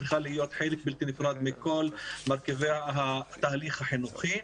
צריכה להיות חלק בלתי נפרד מכל מרכיבי התהליך החינוכי,